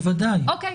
בוודאי,